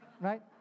right